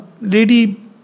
lady